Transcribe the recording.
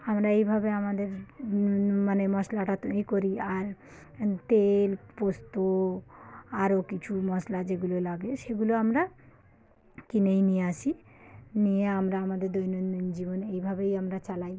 আমরা এইভাবে আমাদের মানে মশলাটা তৈরি করি আর তেল পোস্ত আরও কিছু মশলা যেগুলো লাগে সেগুলো আমরা কিনেই নিয়ে আসি নিয়ে আমরা আমাদের দৈনন্দিন জীবনে এইভাবেই আমরা চালাই